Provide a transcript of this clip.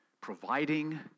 providing